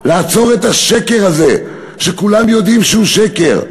לעצור את השקר הזה שכולם יודעים שהוא שקר,